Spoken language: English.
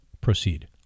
proceed